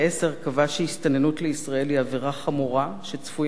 קבע שהסתננות לישראל היא עבירה חמורה שצפויים בגינה